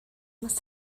must